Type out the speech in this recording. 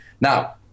now